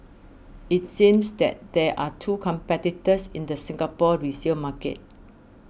it seems that there are two competitors in the Singapore resale market